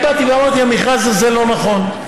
אני באתי ואמרתי: המכרז הזה לא נכון,